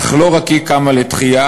אך לא רק היא קמה לתחייה,